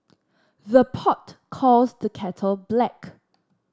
the pot calls the kettle black